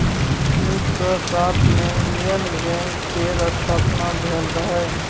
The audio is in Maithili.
उन्नैस सय सात मे इंडियन बैंक केर स्थापना भेल रहय